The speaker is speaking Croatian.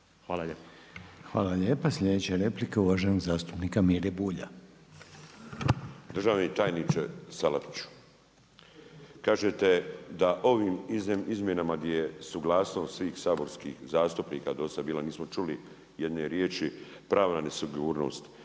Hvala lijepa. Sljedeća replika uvaženog zastupnika Mire Bulja. **Bulj, Miro (MOST)** Državni tajniče Salapiću, kažete da ovim izmjenama di je suglasnost svih saborskih zastupnika do sad bila, nismo čuli jedne riječi pravna nesigurnost.